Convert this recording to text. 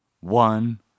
one